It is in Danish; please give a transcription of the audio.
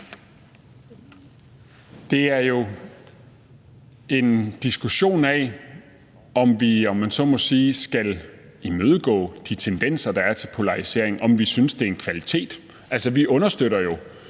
Det er jo en diskussion af, om vi, om man så må sige, skal imødegå de tendenser, der er til polarisering, altså om vi synes, det er en kvalitet. Altså, vi understøtter jo